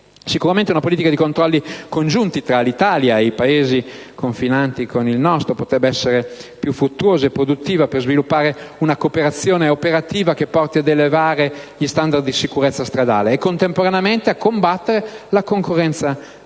Sicuramente una politica di controlli congiunti fra l'Italia e i Paesi confinanti potrebbe essere più fruttuosa e produttiva per sviluppare una cooperazione operativa, che porti ad elevare gli standard di sicurezza stradale e, contemporaneamente, a combattere la concorrenza sleale.